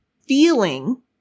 feeling